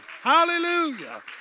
Hallelujah